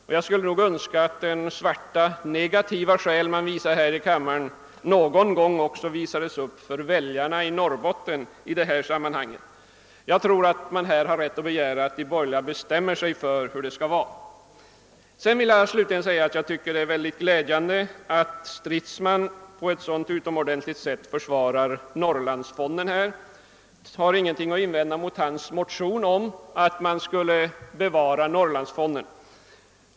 Och jag skulle önska att den svarta, negativa själen någon gång också visades upp för väljarna i Norrbotten. Jag anser att man har rätt att begära att de borgerliga bestämmer sig för hur det skall vara. Slutligen finner jag det glädjande att herr Stridsman på ett så utomordentligt sätt försvarar Norrlandsfonden. Jag har ingenting att invända mot herr Stridsmans motion om att Norrlandsfonden skall bevaras.